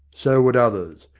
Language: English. so would others.